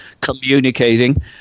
communicating